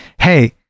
Hey